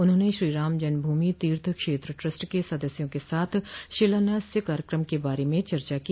उन्होंने श्रीराम जन्म भूमि तीर्थ क्षेत्र ट्रस्ट के सदस्यों के साथ शिलान्यास कार्यक्रम के बारे में चर्चा की